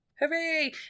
Hooray